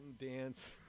dance